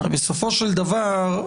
בסופו של דבר,